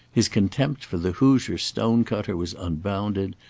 his contempt for the hoosier stone-cutter was unbounded,